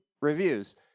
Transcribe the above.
reviews